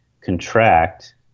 contract